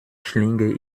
schlinge